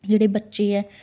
ਜਿਹੜ ਬੱਚੇ ਹੈ